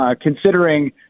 considering